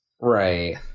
Right